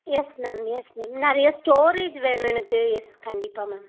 yes ma'am yes ma'am நிறைய storage வேணும் எனக்கு யெஸ் கண்டிப்பாக மேம்